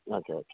okay okay